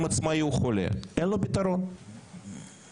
עשיתם את זה.